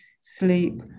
sleep